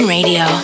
Radio